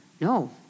No